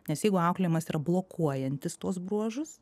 nes jeigu auklėjimas yra blokuojantis tuos bruožus